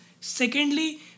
Secondly